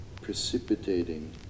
precipitating